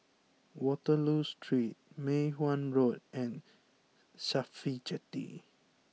Waterloo Street Mei Hwan Road and Cafhi Jetty